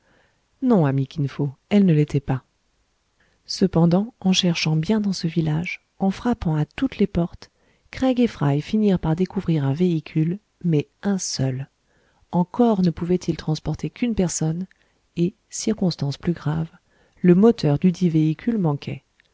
non ami kinfo elle ne l'était pas cependant en cherchant bien dans ce village en frappant à toutes les portes craig et fry finirent par découvrir un véhicule mais un seul encore ne pouvait-il transporter qu'une personne et circonstance plus grave le moteur dudit véhicule manquait